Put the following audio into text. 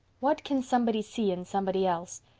what can somebody see in somebody else?